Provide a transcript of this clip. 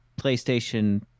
playstation